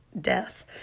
death